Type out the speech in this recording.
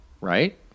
Right